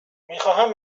میخواهم